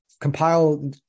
compile